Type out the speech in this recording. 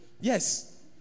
Yes